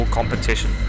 competition